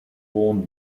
owned